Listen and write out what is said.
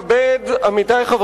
בבקשה.